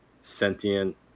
sentient